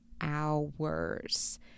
hours